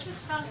יש מחקר כזה.